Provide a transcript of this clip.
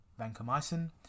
vancomycin